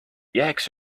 jääks